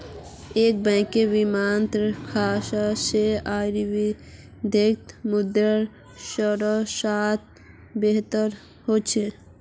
एक बैंकेर विभिन्न शाखा स अर्थव्यवस्थात मुद्रार प्रसार बेहतर ह छेक